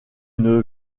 une